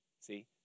See